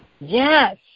yes